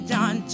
John